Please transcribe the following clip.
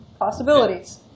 possibilities